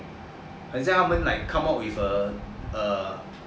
很像他们 like come out with a err new medicine